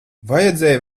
vajadzēja